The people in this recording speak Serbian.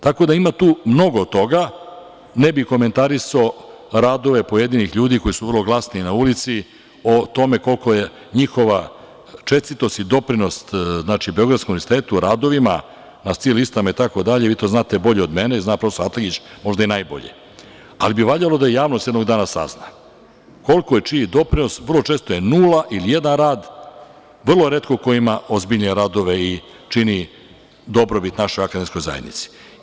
Tako da, ima tu mnogo toga, ne bih komentarisao radove pojedinih ljudi koji su vrlo glasni na ulici o tome kolika je njihova čestitost, doprinos Beogradskom univerzitetu, radovima na SCI listama, vi to znate mnogo bolje od mene, zna prof. Atlagić možda i najbolje, ali bi valjalo da i javnost jednog dana sazna, koliko je čiji doprinos, vrlo često nula, ili jedan rad, vrlo retko ko ima ozbiljnije radove i čini dobrobit našoj akademskoj zajednici.